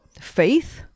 faith